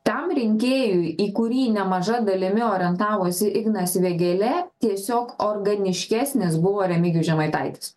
tam rinkėjui į kurį nemaža dalimi orientavosi ignas vėgėlė tiesiog organiškesnis buvo remigijus žemaitaitis